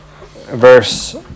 verse